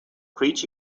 preaching